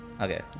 Okay